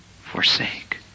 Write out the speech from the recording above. forsake